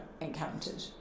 encountered